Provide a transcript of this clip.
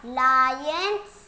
lions